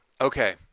okay